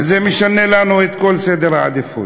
וזה משנה לנו את כל סדר העדיפויות.